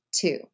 two